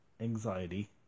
anxiety